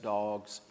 dogs